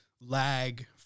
lag